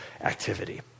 activity